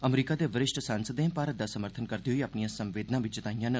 अमरीका दे वरिष्ठ सांसदें भारत दा समर्थन करदे होई अपनिआं संवेदनां बी जताईआं न